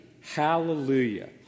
Hallelujah